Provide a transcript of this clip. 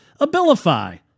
Abilify